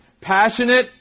Passionate